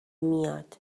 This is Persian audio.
میاد